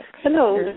Hello